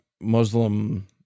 Muslim